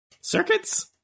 circuits